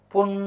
Pun